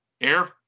air